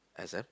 exam